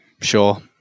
Sure